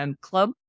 club